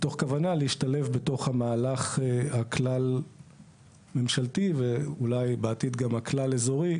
מתוך כוונה להשתלב בתוך המהלך הכלל-ממשלתי ואולי בעתיד גם הכלל-אזורי